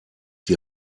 die